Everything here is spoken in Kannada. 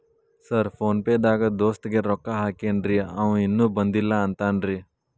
ಸರ್ ಫೋನ್ ಪೇ ದಾಗ ದೋಸ್ತ್ ಗೆ ರೊಕ್ಕಾ ಹಾಕೇನ್ರಿ ಅಂವ ಇನ್ನು ಬಂದಿಲ್ಲಾ ಅಂತಾನ್ರೇ?